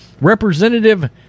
Representative